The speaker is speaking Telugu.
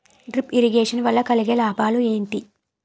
డ్రిప్ ఇరిగేషన్ వల్ల కలిగే లాభాలు ఏంటి?